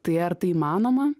tai ar tai įmanoma